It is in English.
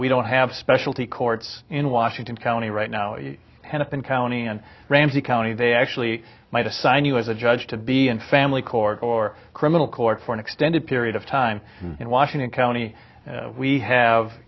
we don't have specialty courts in washington county right now hennepin county and ramsey county they actually might assign you as a judge to be in family court or criminal court for an extended period of time in washington county we have